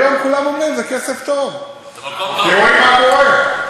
היום כולם אומרים: זה כסף טוב, כי רואים מה קורה.